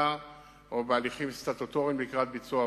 או בהליכים סטטוטוריים לקראת ביצוע עבודות.